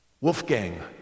Wolfgang